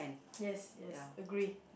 yes yes agree